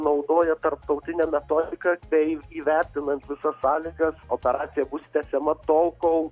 naudojo tarptautinę metodiką bei įvertinant visas sąlygas operacija bus tęsiama tol kol